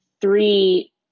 three